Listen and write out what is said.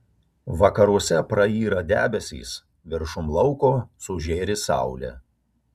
vakaruose prayra debesys viršum lauko sužėri saulė